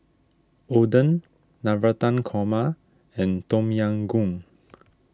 Oden Navratan Korma and Tom Yam Goong